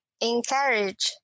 encourage